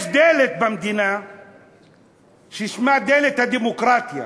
יש דלת במדינה ששמה דלת הדמוקרטיה,